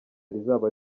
rizaba